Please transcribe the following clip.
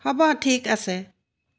হ'ব ঠিক আছে